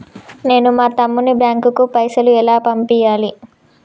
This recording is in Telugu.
నేను మా తమ్ముని బ్యాంకుకు పైసలు ఎలా పంపియ్యాలి?